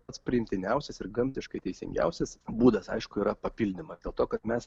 pats priimtiniausias ir gamtiškai teisingiausias būdas aišku yra papildymas dėl to kad mes